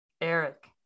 eric